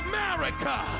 America